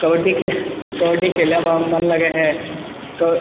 कबड्डी कबड्डी खेलैमे मन लगय है क